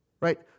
Right